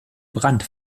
brandt